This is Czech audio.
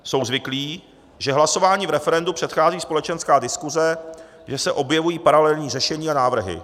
Jsou zvyklí, že hlasování v referendu předchází společenská diskuse, že se objevují paralelní řešení a návrhy.